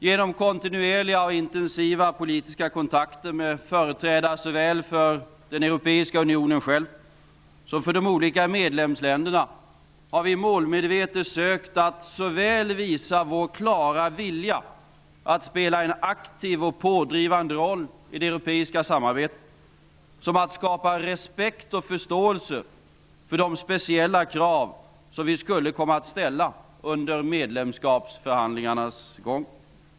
Genom kontinuerliga och intensiva politiska kontakter med företrädare både för den europeiska unionen själv och för de olika medlemsländerna, har vi målmedvetet sökt att såväl visa vår klara vilja att spela en aktiv och pådrivande roll i det europeiska samarbetet som skapa respekt och förståelse för de speciella krav som vi skulle komma att ställa under medlemskapsförhandlingarnas gång.